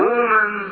Woman